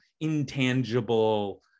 intangible